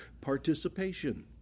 participation